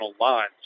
lines